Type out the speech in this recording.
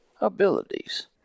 abilities